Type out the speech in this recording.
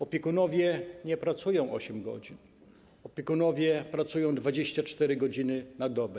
Opiekunowie nie pracują 8 godzin, opiekunowie pracują 24 godziny na dobę.